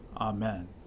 Amen